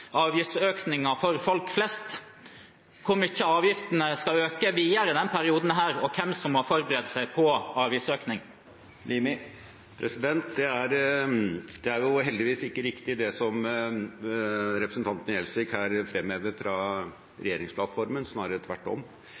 avgiftsøkninger for folk flest om hvor mye avgiftene skal øke videre i denne perioden, og hvem som må forberede seg på avgiftsøkning. Det er heldigvis ikke riktig, det som representanten Gjelsvik fremhever fra regjeringsplattformen – snarere tvert om.